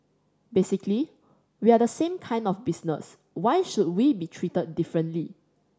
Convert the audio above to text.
basically we are the same kind of business why should we be treated differently